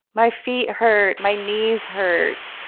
my feet hurt. my knees hurt.